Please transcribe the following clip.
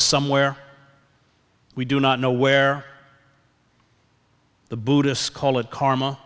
somewhere we do not know where the buddhists call it karma